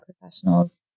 professionals